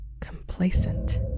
complacent